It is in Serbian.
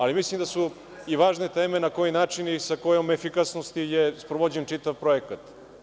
Ali, mislim i da su važne teme na koji način i sa kojom efikasnosti je sprovođen čitav projekat.